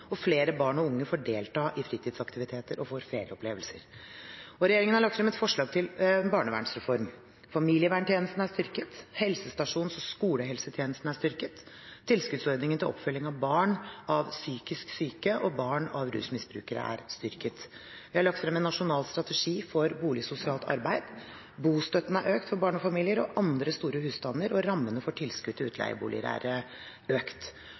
Flere barn og unge får delta i fritidsaktiviteter og får ferieopplevelser. Regjeringen har lagt frem et forslag til barnevernsreform. Familieverntjenesten er styrket. Helsestasjon- og skolehelsetjenesten er styrket. Tilskuddsordningen til oppfølging av barn av psykisk syke og barn av rusmisbrukere er styrket. Vi har lagt frem en nasjonal strategi for boligsosialt arbeid. Bostøtten er økt for barnefamilier og andre store husstander, og rammene for tilskudd til utleieboliger er økt.